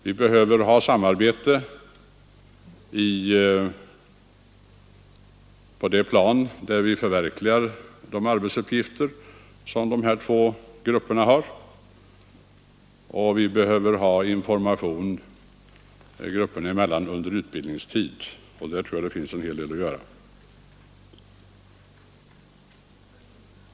Det behövs samarbete på det plan där de uppgifter utförs som de här två grupperna har, och det behövs information grupperna emellan under utbildningstiden. Där tror jag att det här finns en hel del att göra.